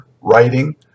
writing